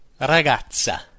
ragazza